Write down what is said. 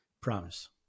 promise